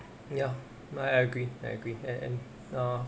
ya I I agree I agree and and err